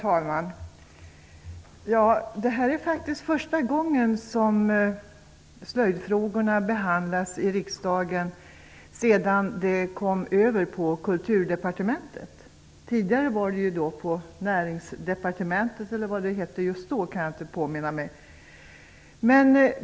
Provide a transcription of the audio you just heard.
Herr talman! Det är faktiskt första gången som slöjdfrågorna behandlas i riksdagen sedan de överfördes till Kulturdepartementet. Tidigare hörde de, tror jag, till Näringsdepartementet - vad departementet just då hette kommer jag alltså inte riktigt ihåg.